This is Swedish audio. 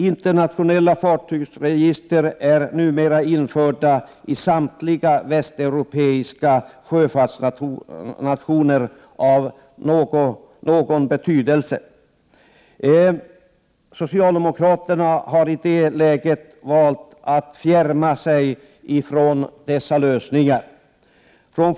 Internationella fartygsregister är nu införda i samtliga västeuropeiska sjöfartsländer av någon betydelse. Socialdemokraterna har i det läget valt att fjärma sig från de nämnda lösningarna.